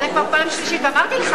בעד,